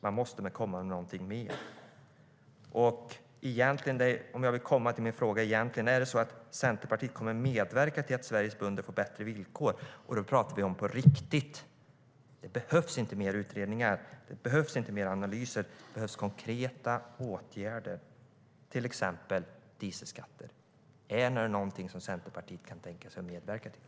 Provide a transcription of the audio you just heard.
Man måste komma med något mer.